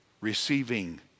receiving